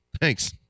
Thanks